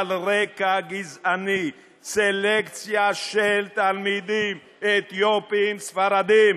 על רקע גזעני, סלקציה של תלמידים אתיופים, ספרדים,